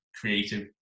creative